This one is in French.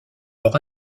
leur